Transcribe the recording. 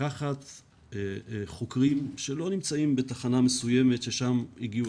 לקחת חוקרים שלא נמצאים בתחנה מסוימת לשם הגיעו